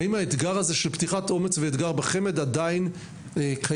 האם האתגר הזה של פתיחת אומץ ואתגר בחמ"ד עדיין קיים?